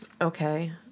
Okay